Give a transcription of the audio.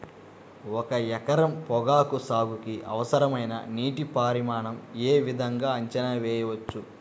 ఒక ఎకరం పొగాకు సాగుకి అవసరమైన నీటి పరిమాణం యే విధంగా అంచనా వేయవచ్చు?